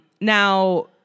Now